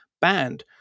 banned